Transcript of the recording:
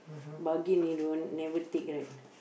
bargain already don't want never take right